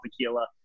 tequila